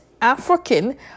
African